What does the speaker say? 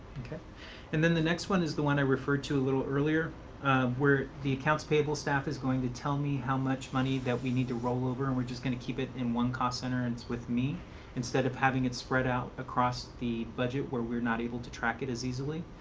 okay and then the next one is the one i referred to a little earlier where the accounts payable staff is going to tell me how much money that we need to roll over and we're just going to keep it in one cost center and it's with me instead of having it spread out across the budget where we're not able to track it as easily.